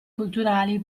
culturali